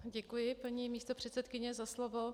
Děkuji, paní místopředsedkyně, za slovo.